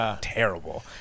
terrible